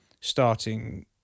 starting